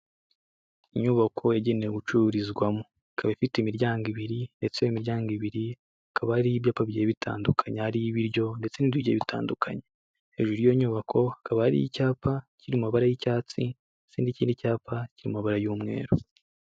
Inyubako yagenewe gucururizwamo, ikaba ifite imiryango ibiri ndetse iyo miryango ibiri, hakaba hariho ibyapa bigiye bitandukanye, hari iy'ibiryo ndetse n'ibiryo bitandukanye, hejuru y'iyo nyubako hakaba hari icyapa kiri mu mabara y'icyatsi ndetse n'ikindi cyapa kiri mu mabara y'umweru.